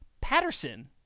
Patterson